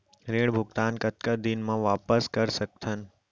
ऋण भुगतान कतका दिन म वापस कर सकथन?